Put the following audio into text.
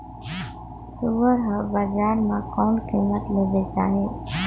सुअर हर बजार मां कोन कीमत ले बेचाही?